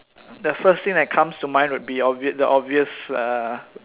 the first thing that comes to mind would be obvious the obvious uh